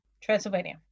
Transylvania